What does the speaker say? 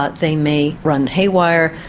ah they may run haywire,